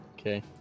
okay